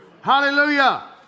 Hallelujah